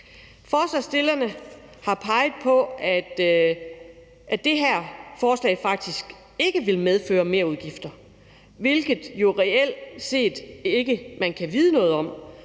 Forslagsstillerne har peget på, at det her forslag faktisk ikke vil medføre mere udgifter, hvilket jo reelt set er noget, man ikke kan vide noget om.